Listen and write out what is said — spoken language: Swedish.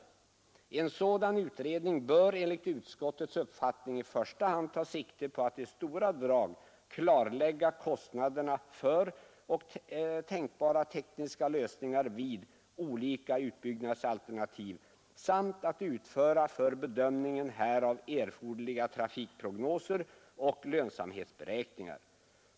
En sådan utredning bör enligt utskottets uppfattning i första hand ta sikte på att i stora drag klarlägga kostnaderna för och tänkbara tekniska lösningar vid olika utbyggnadsalternativ samt att utföra för bedömningen härav erforderliga trafikprognoser och lönsamhetsberäkningar.